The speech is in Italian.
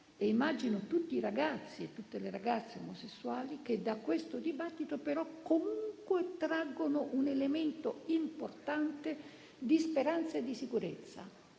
immagino tutti i ragazzi e tutte le ragazze omosessuali che da questo dibattito comunque traggono un elemento importante di speranza e di sicurezza.